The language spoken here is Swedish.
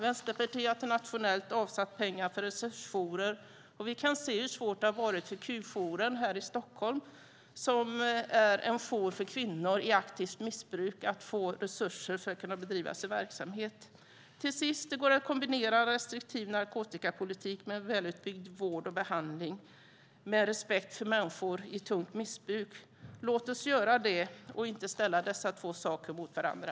Vänsterpartiet har nationellt avsatt pengar för resursjourer, och vi kan se hur svårt det har varit för Qjouren här i Stockholm, som är en jour för kvinnor i aktivt missbruk, att få resurser för att kunna bedriva sin verksamhet. Till sist: Det går att kombinera restriktiv narkotikapolitik med en välutbyggd vård och behandling med respekt för människor i tungt missbruk. Låt oss göra det och inte ställa dessa två saker mot varandra.